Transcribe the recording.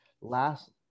last